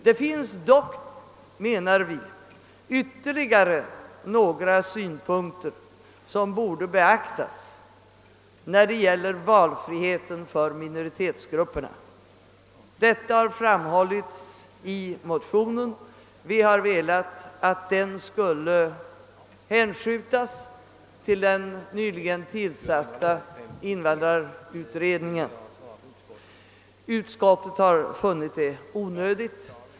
Det finns dock, menar vi, ytterligare några synpunkter som borde beaktas när det gäller valfriheten för minoritetsgrupperna. Detta har framhållits i våra motioner. Vi har velat att de skulle hänskjutas till den nyligen tillsatta invandrarutredningen, men utskottet har funnit det onödigt. Herr talman!